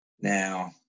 Now